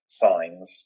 signs